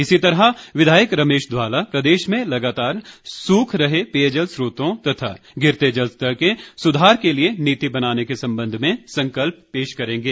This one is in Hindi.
इसी तरह विधायक रमेश धवाला प्रदेश में लगातार सूख रहे पेयजल स्त्रोतों तथा गिरते जलस्तर के सुधार के लिए नीति बनाने के संबंध में संकल्प पेश करेंगे